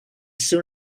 soon